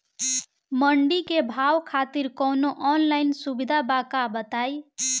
मंडी के भाव खातिर कवनो ऑनलाइन सुविधा बा का बताई?